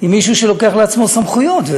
עם מישהו שלוקח לעצמו סמכויות.